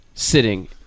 Sitting